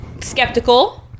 skeptical